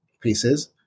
pieces